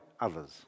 others